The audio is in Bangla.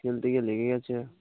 খেলতে গিয়ে লেগে গেছে